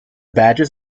badges